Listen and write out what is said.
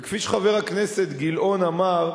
וכפי שחבר הכנסת גילאון אמר,